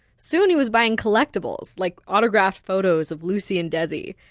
soon he was buying collectibles, like autographed photos of lucy and desi.